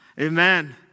Amen